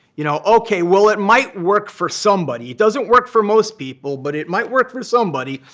you know ok, well, it might work for somebody. it doesn't work for most people. but it might work for somebody.